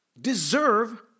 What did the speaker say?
deserve